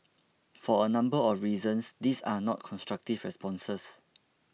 for a number of reasons these are not constructive responses